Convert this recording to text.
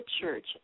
church